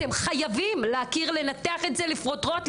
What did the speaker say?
אתם חייבים להכיר ולנתח את זה לפרוטרוט,